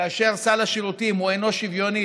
כאשר סל השירותים אינו שוויוני,